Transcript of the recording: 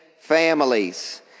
families